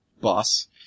boss